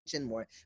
more